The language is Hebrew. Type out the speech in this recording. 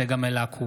צגה מלקו,